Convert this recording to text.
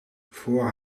voor